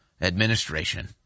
administration